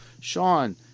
Sean